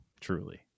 truly